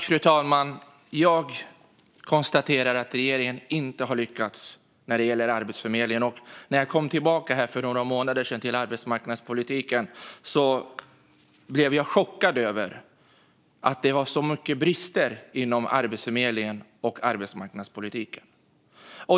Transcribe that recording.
Fru talman! Jag konstaterar att regeringen inte har lyckats när det gäller Arbetsförmedlingen. När jag för några månader sedan kom tillbaka till arbetsmarknadspolitiken blev jag chockad över att det var så många brister inom Arbetsförmedlingen och arbetsmarknadspolitiken.